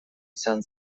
izan